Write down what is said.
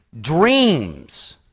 dreams